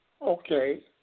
Okay